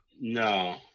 no